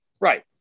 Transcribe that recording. right